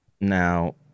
Now